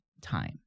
time